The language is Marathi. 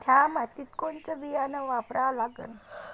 थ्या मातीत कोनचं बियानं वापरा लागन?